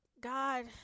god